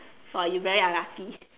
!wah! you very unlucky